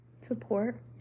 support